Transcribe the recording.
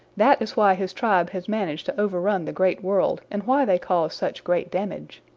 that is why his tribe has managed to overrun the great world and why they cause such great damage.